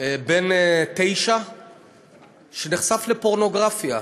בן תשע שנחשף לפורנוגרפיה.